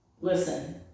Listen